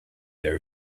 there